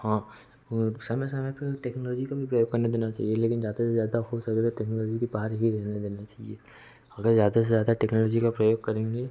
हाँ और समय समय पर टेक्नोलोजी का भी प्रयोग करने देना चाहिए लेकिन ज़्यादा से ज़्यादा हो सके तो टेक्नोलॉजी के पार ही रहने देना चाहिए अगर ज़्यादा से ज़्यादा टेक्नोलोजी का प्रयोग करेंगे